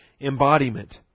embodiment